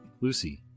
Lucy